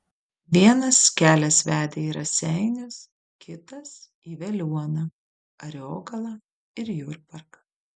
vienas kelias vedė į raseinius kitas į veliuoną ariogalą ir jurbarką